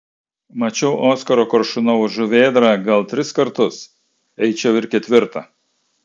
mačiau oskaro koršunovo žuvėdrą gal tris kartus eičiau ir ketvirtą